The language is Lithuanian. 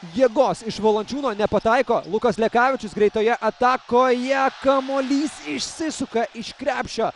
jėgos iš valančiūno nepataiko lukas lekavičius greitoje atakoje kamuolys išsisuka krepšio